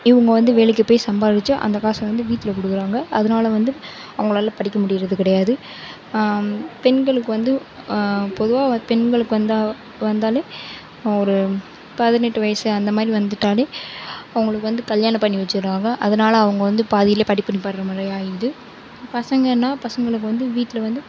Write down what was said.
இவங்க வந்து வேலைக்கு போய் சம்பாரித்து அந்த காசை வந்து வீட்டில் கொடுக்கறாங்க அதனால வந்து அவங்களால படிக்க முடியுறது கிடையாது பெண்களுக்கு வந்து பொதுவாக பெண்களுக்கு வந்தால் வந்தால் அவள் ஒரு பதினெட்டு வயது அந்த மாதிரி வந்துவிட்டாலே அவங்களுக்கு வந்து கல்யாணம் பண்ணி வெச்சுடுறாங்க அதனால அவங்க வந்து பாதியிலே படிப்பு நிப்பாட்டுகிற மாதிரி ஆகிடுது பசங்கன்னா பசங்களுக்கு வந்து வீட்டில் வந்து